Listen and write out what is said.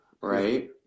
right